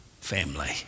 family